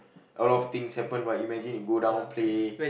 a lot of things happen but imagine you go down play